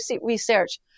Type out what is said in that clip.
research